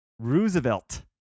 Roosevelt